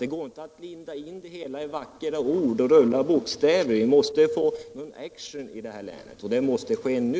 Det går inte att linda in det hela i vackra ord. Vi måste få någon ”action” i det här länet, och det måste ske nu.